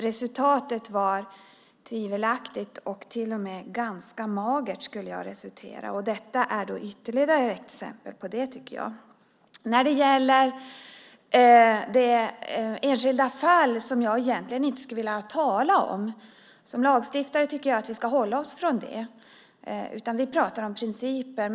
Resultatet var tvivelaktigt och till och med ganska magert. Detta är ytterligare ett exempel på det. Det enskilda fallet skulle jag egentligen inte vilja tala om. Som lagstiftare tycker jag att vi ska avhålla oss från det. Vi pratar om principer.